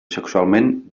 sexualment